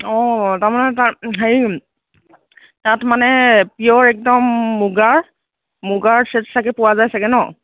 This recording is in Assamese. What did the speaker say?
অঁ তাৰমানে তাত হেৰি তাত মানে পিঅ'ৰ একদম মুগা মুগাৰ চেট ছাগে পোৱা যায় ছাগে ন